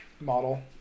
model